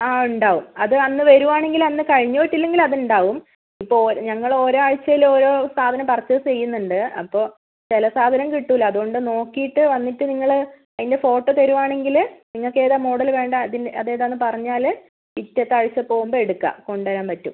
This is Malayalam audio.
ആ ഉണ്ടാവും അത് അന്ന് വരുവാണെങ്കിൽ അന്ന് കഴിഞ്ഞ് പോയിട്ടില്ലെങ്കിൽ അത് ഉണ്ടാവും ഇപ്പോൾ ഞങ്ങൾ ഓരോ ആഴ്ചയിൽ ഒരോ സാധനം പർച്ചേസ് ചെയ്യുന്നുണ്ട് അപ്പോൾ ചില സാധനം കിട്ടില്ല അതുകൊണ്ട് നോക്കിയിട്ട് വന്നിട്ട് നിങ്ങൾ അതിൻ്റെ ഫോട്ടോ തരുവാണെങ്കിൽ നിങ്ങൾക്ക് ഏതാണ് മോഡൽ വേണ്ടത് അത് അത് ഏതാണെന്ന് പറഞ്ഞാൽ പിറ്റത്തെ ആഴ്ച പോകുമ്പം എടുക്കാം കൊണ്ടുവരാൻ പറ്റും